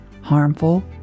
harmful